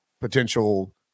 potential